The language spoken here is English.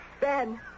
Ben